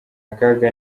akaga